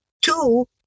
two